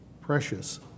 precious